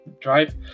drive